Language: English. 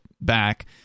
back